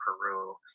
peru